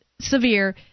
severe